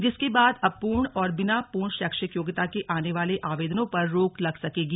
जिसके बाद अपूर्ण और बिना पूर्ण शैक्षिक योग्यता के आने वाले आवेदनों पर रोक लग सकेगी